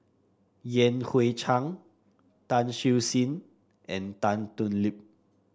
Yan Hui Chang Tan Siew Sin and Tan Thoon Lip